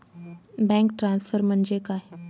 Bank transfer म्हणजे काय?